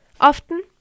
Often